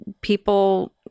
people